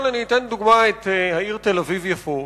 אתן כדוגמה את העיר תל-אביב יפו,